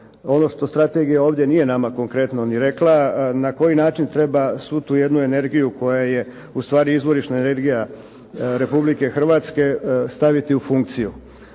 ono što Strategija ovdje nije nama konkretno rekla, na koji način treba svu tu energiju koja je ustvari izvorišna energija Republike Hrvatske staviti u funkciju.